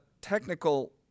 technical